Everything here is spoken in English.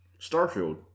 Starfield